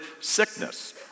sickness